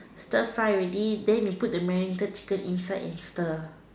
stir fry already then you put the marinated chicken inside and stir